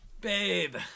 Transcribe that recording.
Babe